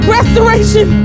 Restoration